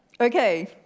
Okay